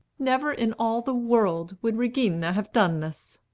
never in all the world would regina have done this!